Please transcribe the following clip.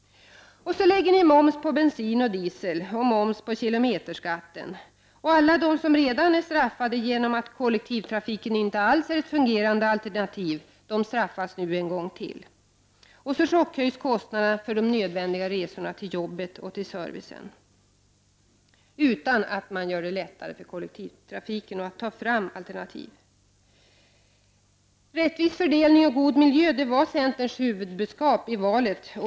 Ni lägger moms på bensin och diesel och moms på kilometerskatten. Alla de som redan är straffade genom att kollektivtrafiken inte alls är ett fungerande alternativ, de skall straffas en gång till. Nu chockhöjs kostnader för de nödvändiga resorna till jobbet och till servicen utan att man gör det lättare för kollektivtrafiken eller att ta fram nya alternativ. Rättvis fördelning och god miljö var centerns huvudbudskap i valet.